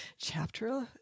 chapter